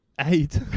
Eight